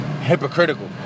Hypocritical